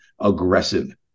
aggressive